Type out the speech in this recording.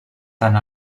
tant